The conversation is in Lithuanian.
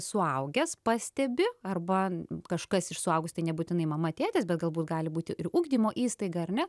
suaugęs pastebi arba kažkas iš suaugusių tai nebūtinai mama tėtis bet galbūt gali būti ir ugdymo įstaiga ar ne